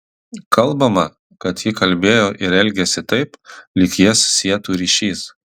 kalbama kad ji kalbėjo ir elgėsi taip lyg jas sietų ryšys